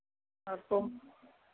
आपको हम